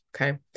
Okay